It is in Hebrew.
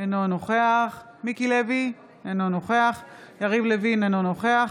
אינו נוכח מיקי לוי, אינו נוכח